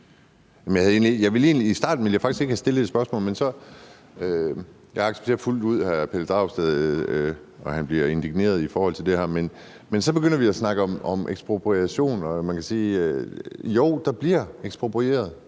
ville jeg faktisk ikke have stillet et spørgsmål, men så begynder vi at snakke om ekspropriation, og man kan sige,